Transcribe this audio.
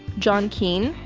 john keane,